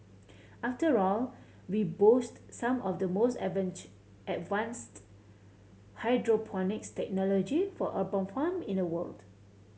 after all we boast some of the most advanced hydroponics technology for urban farm in the world